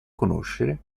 conoscere